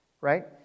Right